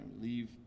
Leave